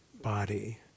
body